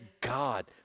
God